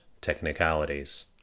technicalities